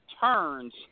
turns